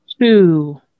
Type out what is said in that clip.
two